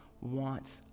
wants